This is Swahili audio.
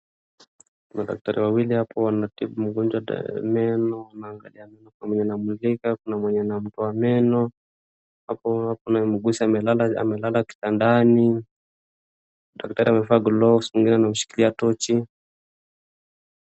Madaktari wawili hapo wantibu mgonjwa dawa ya meno wanaangalia, na kuna mwenye anamulika ,na kuna mwenye anamtoa meno hapo anamgusa amelala litandani daktari amevaa gloves mwingine ameshikilia tochi.